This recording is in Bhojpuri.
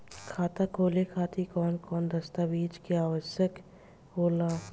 खाता खोले खातिर कौन कौन दस्तावेज के आवश्यक होला?